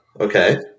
Okay